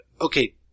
okay